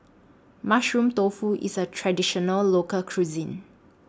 Mushroom Tofu IS A Traditional Local Cuisine